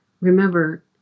Remember